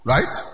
Right